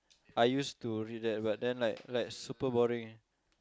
I used to read that but then like like super boring eh